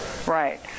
Right